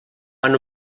van